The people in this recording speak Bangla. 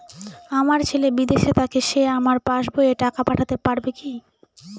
আমার ছেলে বিদেশে থাকে সে আমার পাসবই এ টাকা পাঠাতে পারবে কি?